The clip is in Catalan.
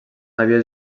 havia